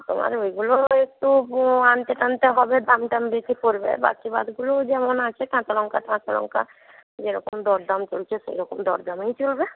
তোমার ওইগুলো একটু আনতে টানতে হবে দাম টাম বেশি পড়বে বাকি গুলো যেমন আছে কাঁচালঙ্কা টাচালঙ্কা যে রকম দরদাম চলছে সেই রকম দরদামেই চলবে